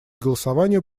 голосованию